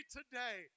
today